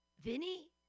Vinny